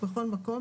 בכל מקום,